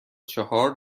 چهار